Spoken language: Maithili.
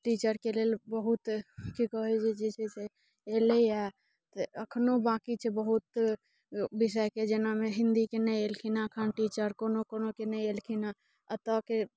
टीचरके लेल बहुत की कहैत छै जे छै से एलैया तऽ अखनो बाँकी छै बहुत विषयके जेनामे हिन्दीके नहि एलखिन एखन टीचर कोनो कोनोके नहि एलखिन हँ अतऽ के